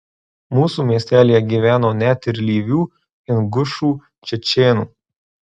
mūsų miestelyje gyveno net ir lyvių ingušų čečėnų